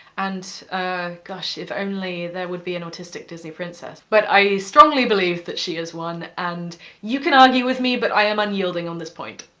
and ah gosh, if only there would be an autistic disney princess. but i strongly believe that she is one, and you can argue with me, but i am unyielding on this point.